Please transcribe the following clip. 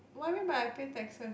what you mean by I pay taxes